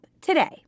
today